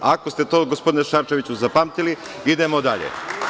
Ako ste to, gospodine Šarčeviću, zapamtili, idemo dalje.